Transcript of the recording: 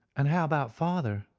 and how about father?